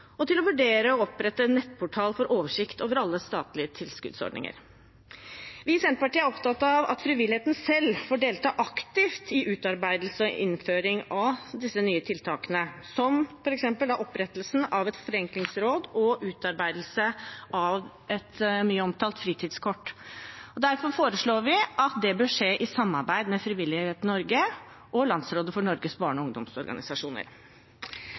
og å vurdere å opprette en nettportal med oversikt over alle statlige tilskuddsordninger. Vi i Senterpartiet er opptatt av at frivilligheten selv får delta aktivt i utarbeidelse og innføring av disse nye tiltakene, som f.eks. opprettelsen av et forenklingsråd og utarbeidelse av et mye omtalt fritidskort. Derfor foreslår vi – sammen med Arbeiderpartiet og Sosialistisk Venstreparti – at det bør skje i samarbeid med Frivillighet Norge og Landsrådet for Norges barne- og ungdomsorganisasjoner.